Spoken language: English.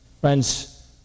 Friends